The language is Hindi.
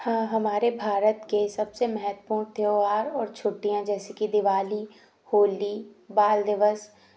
हाँ हमारे भारत के सबसे महत्वपूर्ण त्यौहार और छुट्टियाँ जैसे कि दिवाली होली बाल दिवस